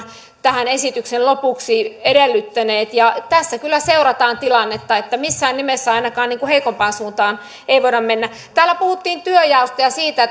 tähän mietinnön lopuksi edellyttäneet tässä kyllä seurataan tilannetta että missään nimessä ainakaan heikompaan suuntaan ei voida mennä täällä puhuttiin työnjaosta ja siitä